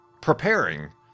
preparing